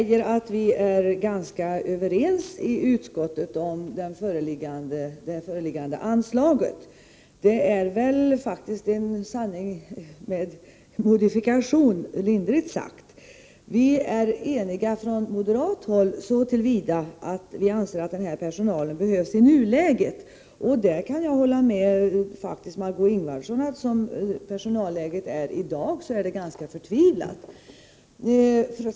Herr talman! Börje Nilsson säger att vi i utskottet är ganska överens om det förevarande anslaget. Det är lindrigt uttryckt en sanning med modifikation. Vi ansluter oss på moderat håll så till vida att vi anser att personalen i fråga behövs i nuläget. Jag kan för närvarande hålla med Marg6ö Ingvardsson om att personalläget som det är i dag är ganska förtvivlat.